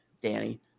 Danny